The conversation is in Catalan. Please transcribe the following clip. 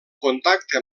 contacte